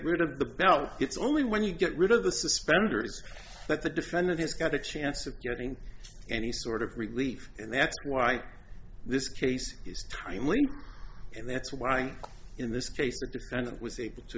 rid of the belt it's only when you get rid of the suspenders that the defendant has got a chance of getting any sort of relief and that's why this case is timely and that's why in this case the defendant was able to